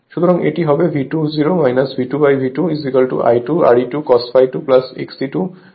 সুতরাং এটি হবে V2 0 V2V2 I2 Re2 cos ∅2 XE2 sin ∅2V2